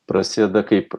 prasideda kaip